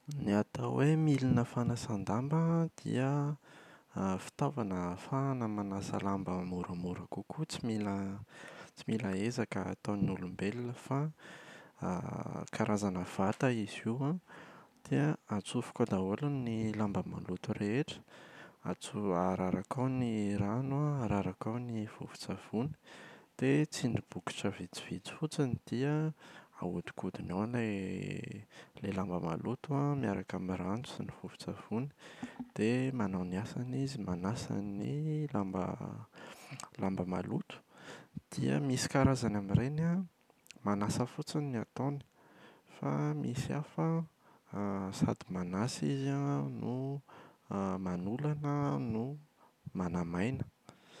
Ny atao hoe milina fanasan-damba dia fitaovana ahafahana manasa lamba moramora kokoa, tsy mila tsy mila ezaka ataon’olombelona fa karazana vata izy io dia atsofoka ao daholo ny lamba rehetra. atso- araraka ao ny rano an, araraka ao ny vovon-tsavony dia tsindry bokotra vitsivitsy fotsiny dia ahodikodiny ao ilay ilay lamba maloto an miaraka amin’ny rano sy ny vovon-tsavony, dia manao ny asany izy, manasa ny lamba lamba maloto. Dia misy karazany amin’ireny an manasa fotsiny ny ataony, fa misy hafa an sady manasa izy an no manolana no manamaina.